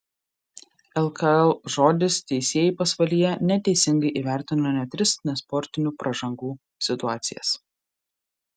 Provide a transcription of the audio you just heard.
lkl žodis teisėjai pasvalyje neteisingai įvertino net tris nesportinių pražangų situacijas